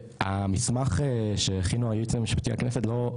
המסמך שהכינו היעוץ המשפטי לכנסת לא,